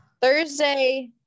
Thursday